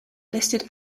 listed